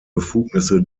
befugnisse